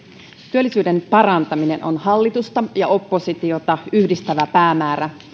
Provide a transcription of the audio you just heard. työllisyyden parantaminen on hallitusta ja oppositiota yhdistävä päämäärä